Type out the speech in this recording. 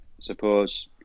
suppose